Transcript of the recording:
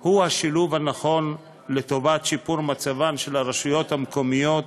הוא השילוב הנכון לשיפור מצבן של הרשויות המקומיות